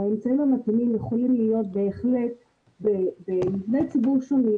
והאמצעים המתאימים יכולים להיות מבני ציבור שונים.